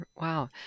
Wow